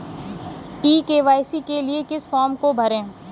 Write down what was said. ई KYC के लिए किस फ्रॉम को भरें?